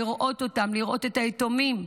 לראות אותם, לראות את היתומים,